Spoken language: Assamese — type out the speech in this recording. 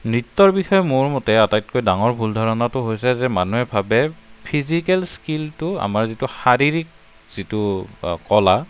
নৃত্যৰ বিষয়ে মোৰ মতে আটাতকৈ ডাঙৰ ভুল ধাৰণাটো হৈছে যে মানুহে ভাবে ফিজিকেল স্কীলটো আমাৰ যিটো শাৰীৰিক যিটো কলা